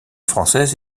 française